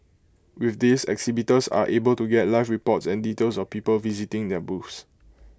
with this exhibitors are able to get live reports and details of people visiting their booths